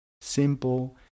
simple